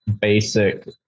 basic